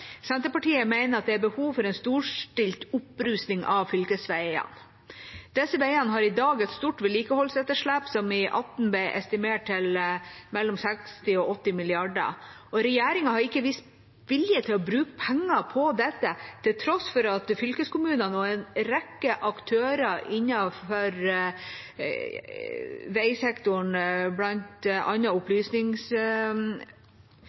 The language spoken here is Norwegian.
det er behov for en storstilt opprusting av fylkesveiene. Disse veiene har i dag et stort vedlikeholdsetterslep, som i 2018 ble estimert til mellom 60 og 80 mrd. kr, og regjeringa har ikke vist vilje til å bruke penger på dette, til tross for at fylkeskommunene og en rekke aktører innenfor veisektoren,